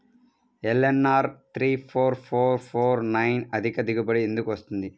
LNR three four four four nine అధిక దిగుబడి ఎందుకు వస్తుంది?